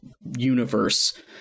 universe